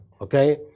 okay